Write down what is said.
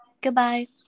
Goodbye